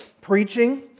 preaching